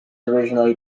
originally